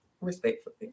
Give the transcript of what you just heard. respectfully